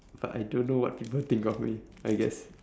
but I don't know what people think of me I guess